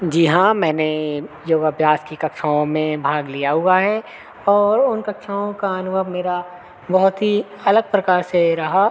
जी हाँ मैंने योग अभ्यास की कक्षाओं में भाग लिया हुआ है और उन कक्षाओं का अनुभव मेरा बहुत ही अलग प्रकार से रहा